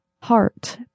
heart